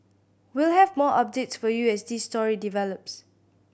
we'll have more updates for you as this story develops